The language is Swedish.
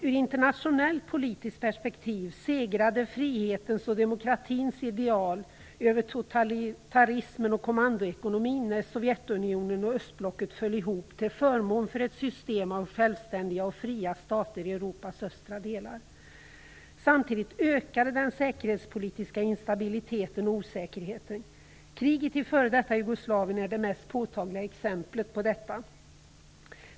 Ur internationellt politiskt perspektiv segrade frihetens och demokratins ideal över totalitarismen och kommandoekonomin när Sovjetunionen och östblocket föll ihop till förmån för ett system av självständiga och fria stater i Europas östra delar. Samtidigt ökade den säkerhetspolitiska instabiliteten och osäkerheten. Kriget i f.d. Jugoslavien är det mest påtagliga exemplet på detta.